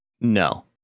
No